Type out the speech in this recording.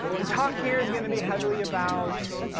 the talk here is going to be heavily about